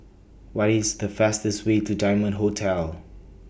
What IS The fastest Way to Diamond Hotel